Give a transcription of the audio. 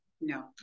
No